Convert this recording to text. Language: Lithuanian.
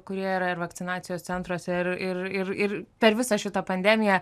kurie yra ir vakcinacijos centruose ir ir ir ir per visą šitą pandemiją